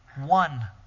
one